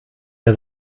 der